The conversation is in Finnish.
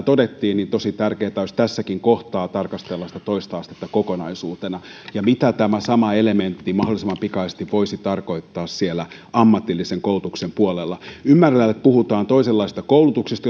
todettiin tosi tärkeätä olisi tässäkin kohtaa tarkastella sitä toista astetta kokonaisuutena ja sitä mitä tämä sama elementti mahdollisimman pikaisesti voisi tarkoittaa siellä ammatillisen koulutuksen puolella ymmärrän että puhutaan toisenlaisesta koulutuksesta